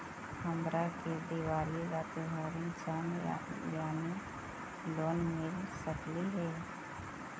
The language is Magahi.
हमरा के दिवाली ला त्योहारी ऋण यानी लोन मिल सकली हे?